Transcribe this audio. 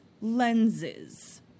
lenses